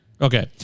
Okay